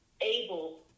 able